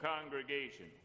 congregation